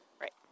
Right